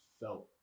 felt